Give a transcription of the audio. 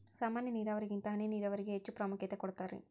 ಸಾಮಾನ್ಯ ನೇರಾವರಿಗಿಂತ ಹನಿ ನೇರಾವರಿಗೆ ಹೆಚ್ಚ ಪ್ರಾಮುಖ್ಯತೆ ಕೊಡ್ತಾರಿ